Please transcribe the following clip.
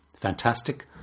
Fantastic